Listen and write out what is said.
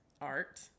art